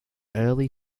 early